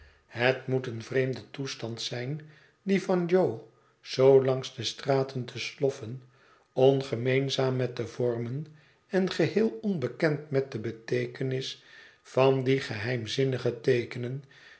het moet een vreemde toestand zijn die van jo zoo langs de straten te sloffen ongemeenzaam met de vormen en geheel onbekend met de beteekenis van die geheimzinnige teekenen